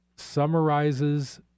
summarizes